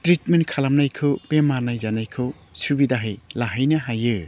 treatment खालामनायखौ बेमार नायजानायखौ